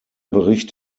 bericht